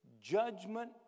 Judgment